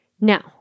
Now